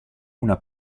una